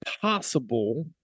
possible